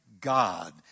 God